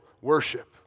worship